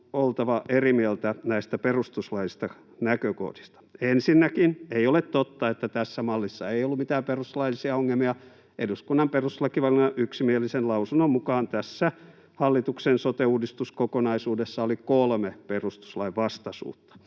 oltava eri mieltä näistä perustuslaillisista näkökohdista. Ensinnäkään ei ole totta, että tässä mallissa ei ollut mitään perustuslaillisia ongelmia. Eduskunnan perustuslakivaliokunnan yksimielisen lausunnon mukaan tässä hallituksen sote-uudistuskokonaisuudessa oli kolme perustuslainvastaisuutta.